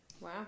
Wow